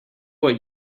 what